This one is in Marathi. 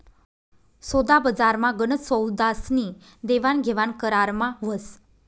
सोदाबजारमा गनच सौदास्नी देवाणघेवाण करारमा व्हस